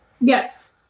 Yes